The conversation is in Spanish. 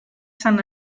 san